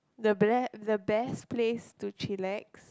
the ble~ the best place to chillax